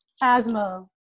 asthma